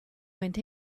went